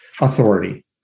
authority